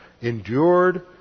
endured